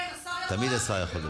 תמיד השר יכול לדבר.